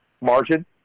margin